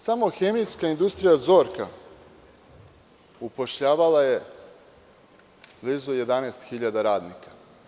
Samo hemijska industrija „Zorka“ upošljavala je blizu 11 hiljada radnika.